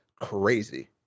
crazy